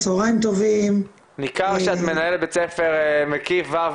צהריים טובים, אני מנהלת בי"ס מקיף ו'